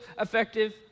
effective